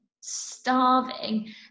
starving